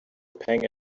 pang